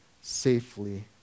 safely